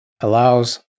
allows